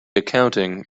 accounting